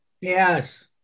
Yes